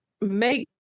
make